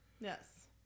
Yes